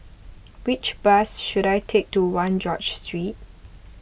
which bus should I take to one George Street